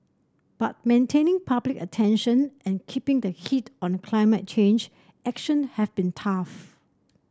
but maintaining public attention and keeping the heat on climate change action have been tough